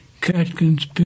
Catkins